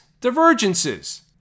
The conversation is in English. divergences